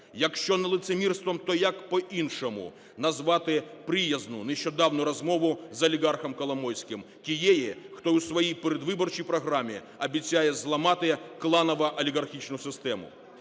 Якщо не лицемірством, то як по-іншому назвати приязну нещодавню розмову з олігархом Коломойським тієї, хто у своїй передвиборчій програмі обіцяє зламати кланово-олігархічну систему.